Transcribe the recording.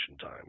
time